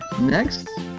Next